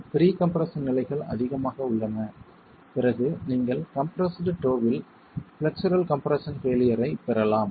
pre compression நிலைகள் அதிகமாக உள்ளன பிறகு நீங்கள் கம்ப்ரெஸ்டு டோ வில் ஃப்ளெக்சுரல் கம்ப்ரெஸ்ஸன் பெய்லியர் ஐப் பெறலாம்